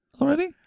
already